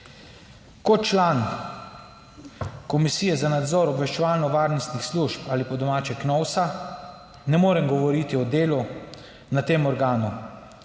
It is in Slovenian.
Kot član Komisije za nadzor obveščevalno varnostnih služb ali po domače KNOVS, ne morem(?) govoriti o delu na tem organu,